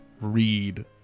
read